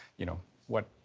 you know what,